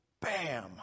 bam